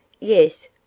Yes